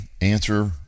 answer